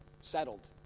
settled